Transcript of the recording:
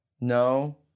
no